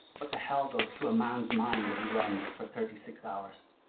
what the hell goes through a man's mind as he runs for thirty six hours?